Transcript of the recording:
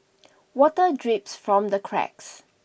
water drips from the cracks